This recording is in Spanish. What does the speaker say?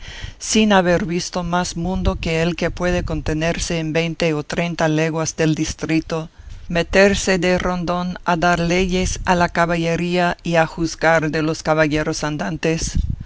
sin haber visto más mundo que el que puede contenerse en veinte o treinta leguas de distrito meterse de rondón a dar leyes a la caballería y a juzgar de los caballeros andantes